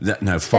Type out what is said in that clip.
No